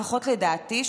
לפחות לדעתי,